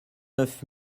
neuf